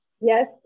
yes